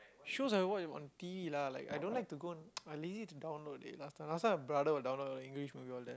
shows I watch on t_v lah like I don't like to go I lazy to download it last time last time my brother will download English movie all that